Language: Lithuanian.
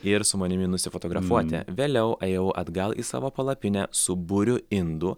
ir su manimi nusifotografuoti vėliau ėjau atgal į savo palapinę su būriu indų